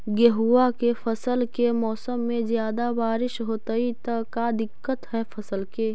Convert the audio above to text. गेहुआ के फसल के मौसम में ज्यादा बारिश होतई त का दिक्कत हैं फसल के?